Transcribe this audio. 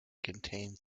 contains